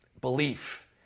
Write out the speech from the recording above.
Belief